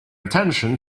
attention